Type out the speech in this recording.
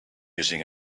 using